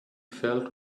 felt